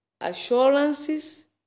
assurances